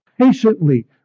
patiently